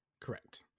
correct